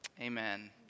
Amen